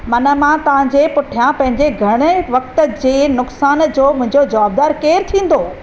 मन मां तव्हांजे पुठियां पंहिंजे घणे वक़्त जे नुक़सानु जो मुंहिंजो जवाबदार केर थींदो